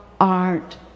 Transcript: art